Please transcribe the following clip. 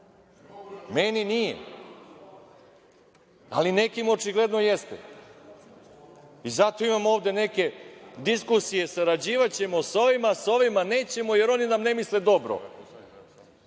Meni nije, ali nekima očigledno jeste. Zato imamo ovde neke diskusije – sarađivaćemo sa ovima, sa ovima nećemo, jer oni nam ne misle dobro.